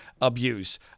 abuse